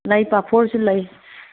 ꯂꯩ ꯄꯥꯐꯣꯔꯁꯨ ꯂꯩ